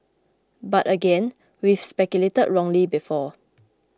but again we've speculated wrongly before